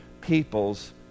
people's